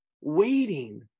waiting